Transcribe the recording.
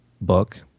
book